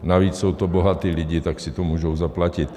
Navíc jsou to bohatí lidé, tak si to můžou zaplatit.